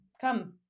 come